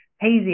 hazy